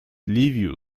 ливию